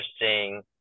interesting